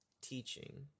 teaching